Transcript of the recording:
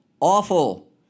awful